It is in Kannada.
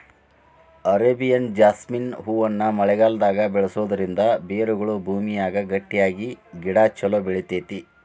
ಅರೇಬಿಯನ್ ಜಾಸ್ಮಿನ್ ಹೂವನ್ನ ಮಳೆಗಾಲದಾಗ ಬೆಳಿಸೋದರಿಂದ ಬೇರುಗಳು ಭೂಮಿಯಾಗ ಗಟ್ಟಿಯಾಗಿ ಗಿಡ ಚೊಲೋ ಬೆಳಿತೇತಿ